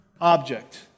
object